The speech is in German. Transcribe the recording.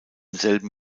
selben